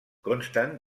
consten